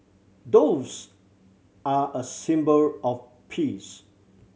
doves are a symbol of peace